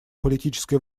политической